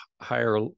higher